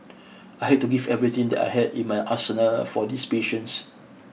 I had to give everything that I had in my arsenal for these patients